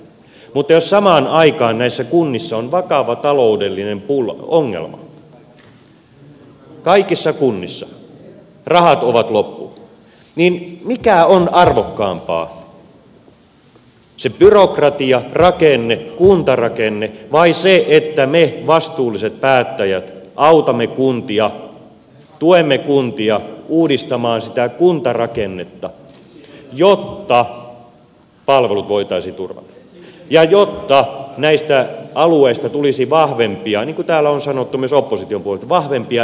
mutta jos samaan aikaan näissä kunnissa on vakava taloudellinen ongelma kaikissa kunnissa rahat ovat loppu niin mikä on arvokkaampaa se byrokratia rakenne kuntarakenne vai se että me vastuulliset päättäjät autamme kuntia tuemme kuntia uudistamaan sitä kuntarakennetta jotta palvelut voitaisiin turvata ja jotta näistä alueista tulisi niin kuin täällä on sanottu myös opposition puolelta vahvempia elinkeinopoliittisia toimijoita